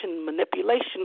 manipulation